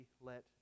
let